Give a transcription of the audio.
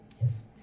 Yes